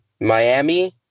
miami